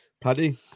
Paddy